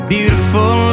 Beautiful